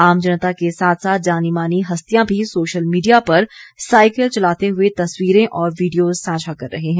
आम जनता के साथ साथ जानी मानी हस्तियां भी सोशल मीडिया पर साइकिल चलाते हुए तस्वीरें और वीडियो साझा कर रहे हैं